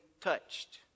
touched